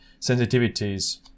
sensitivities